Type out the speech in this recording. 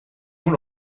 moet